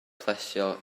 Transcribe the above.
plesio